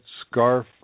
scarf